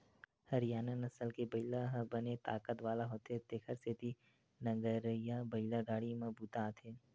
हरियाना नसल के बइला ह बने ताकत वाला होथे तेखर सेती नांगरए बइला गाड़ी म बूता आथे